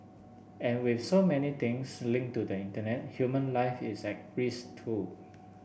and with so many things linked to the Internet human life is at risk too